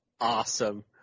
awesome